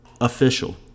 official